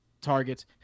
targets